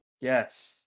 yes